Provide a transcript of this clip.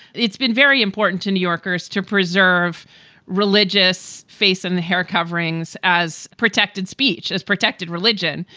it's been very important to new yorkers to preserve religious face and the hair coverings as protected speech, as protected religion,